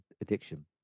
addiction